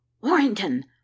Warrington